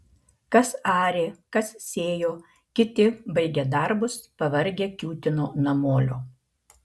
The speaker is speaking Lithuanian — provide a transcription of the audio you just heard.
kas arė kas sėjo kiti baigę darbus pavargę kiūtino namolio